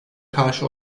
karşı